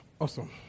Awesome